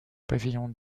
pavillons